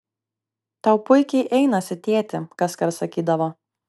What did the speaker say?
tau puikiai einasi tėti kaskart sakydavo